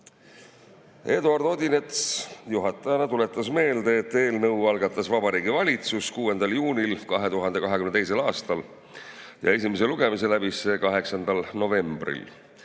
Odinets juhatajana tuletas meelde, et eelnõu algatas Vabariigi Valitsus 6. juunil 2022. aastal. Esimese lugemise läbis see 8. novembril.